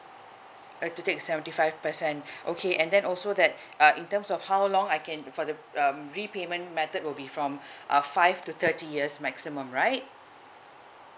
uh to take at seventy five percent okay and then also that uh in terms of how long I can for the um repayment method will be from uh five to thirty years maximum right